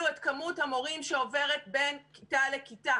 את כמות המורים שעוברת בין כיתה לכיתה.